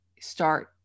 start